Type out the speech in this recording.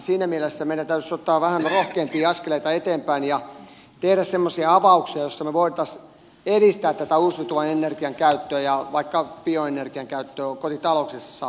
siinä mielessä meidän täytyisi ottaa vähän rohkeampia askeleita eteenpäin ja tehdä semmoisia avauksia joissa me voisimme edistää tätä uusiutuvan energian käyttöä ja vaikka bioenergian käyttöä kotitalouksissa saakka jopa